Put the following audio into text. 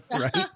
right